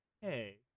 hey